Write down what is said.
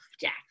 Jack